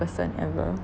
person ever